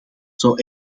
zou